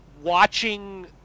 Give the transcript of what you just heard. watching